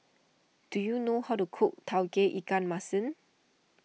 do you know how to cook Tauge Ikan Masin